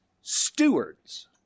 stewards